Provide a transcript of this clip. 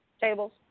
Tables